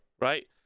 right